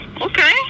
okay